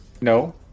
No